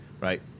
right